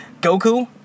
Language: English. Goku